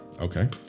Okay